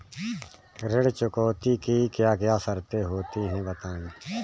ऋण चुकौती की क्या क्या शर्तें होती हैं बताएँ?